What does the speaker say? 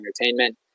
entertainment